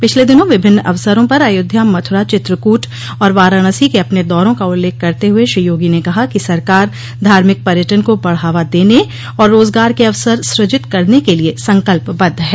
पिछले दिनों विभिन्न अवसरों पर अयोध्या मथुरा चित्रकूट और वाराणसी के अपने दौरों का उल्लेख करते हुए श्री योगो ने कहा कि सरकार धार्मिक पर्यटन को बढ़ावा देने और रोजगार के अवसर सृजित करने के लिए संकल्पबद्ध है